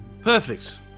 Perfect